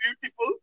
beautiful